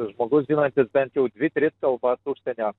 žmogus žinantis bent jau dvi tris kalbas užsienio